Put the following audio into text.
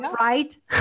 Right